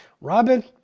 Robin